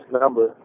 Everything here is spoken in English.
number